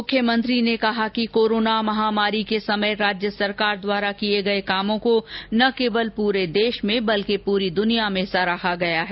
मुख्यमंत्री ने कहा कि कोरोना महामारी के समय राज्य सरकार द्वारा किये गये कामों को न केवल पूरे देश में बल्कि पुरी दनिया में सराहा गया है